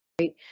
right